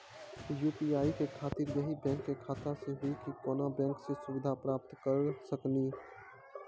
UPI के खातिर यही बैंक के खाता से हुई की कोनो बैंक से सुविधा प्राप्त करऽ सकनी?